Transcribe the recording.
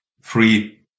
free